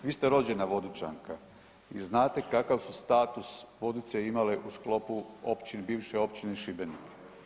Vi ste rođena Vodničanka i znate kakav su status Vodice imale u sklopu općine, bivše općine Šibenik.